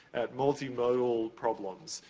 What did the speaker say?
multi-modal problems.